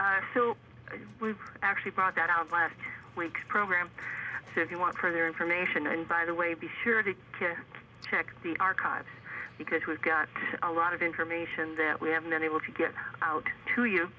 who actually brought that out last week's program so if you want further information and by the way be sure to here check the archives because we've got a lot of information that we haven't been able to get out to you